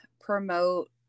promote